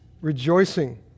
rejoicing